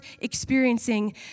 experiencing